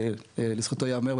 שלזכותו יאמר,